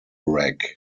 rag